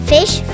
Fish